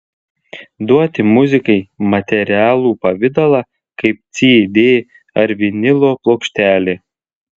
duoti muzikai materialų pavidalą kaip cd ar vinilo plokštelė